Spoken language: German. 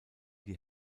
die